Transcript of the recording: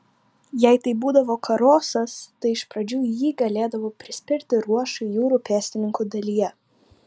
jei tai būdavo karosas tai iš pradžių jį galėdavo prispirti ruošai jūrų pėstininkų dalyje